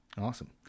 Awesome